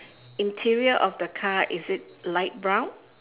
interior of the car is it light brown